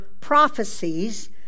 prophecies